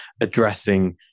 addressing